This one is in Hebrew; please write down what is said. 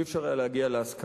לא היה אפשר להגיע להסכמה,